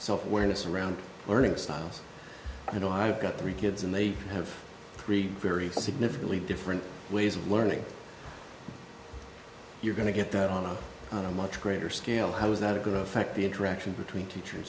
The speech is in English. self awareness around learning styles and i've got three kids and they have three very significantly different ways of learning you're going to get that on a much greater scale who's not a good effect the interaction between teacher